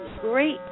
great